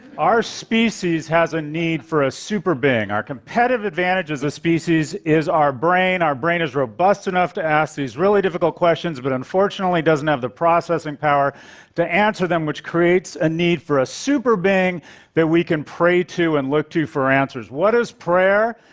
our species has a need for a superbeing. our competitive advantage as a species is our brain. our brain is robust enough to ask these really difficult questions, but, unfortunately, it doesn't have the processing power to answer them, which creates a need for a superbeing that we can pray to and look to for answers. what is prayer?